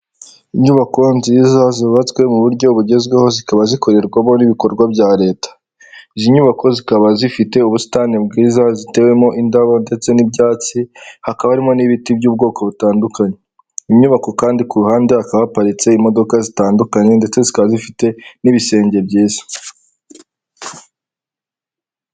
Inyubako nziza zubatswe mu buryo bugezweho zikaba zikorerwamo n'ibikorwa bya leta, izi nyubako zikaba zifite ubusitani bwiza zitewemo indabo ndetse n'ibyatsi hakaba harimo n'ibiti by'ubwoko butandukanye, inyubako kandi ku ruhande hakaba haparitse imodoka zitandukanye ndetse zikaba zifite n'ibisenge byiza.